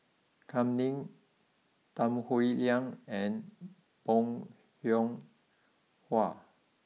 Kam Ning Tan Howe Liang and Bong Hiong Hwa